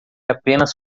apenas